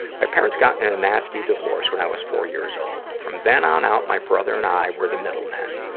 my parents got in a nasty divorce when i was four years old. from then on out, my brother and i were the middlemen.